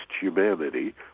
humanity